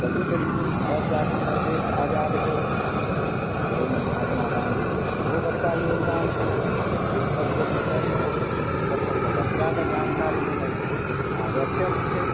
बलि देलखिन तब जाकऽ हमर देश आजाद भेल आओर अइमे महात्मा गाँधीके सेहो बड़का योगदान छलनि तऽ अइ सभके विषयमे अपन सभके बच्चाके जानकारी भेनाइ बहुत आवश्यक छै